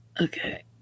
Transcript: Okay